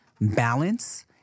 balance